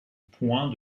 point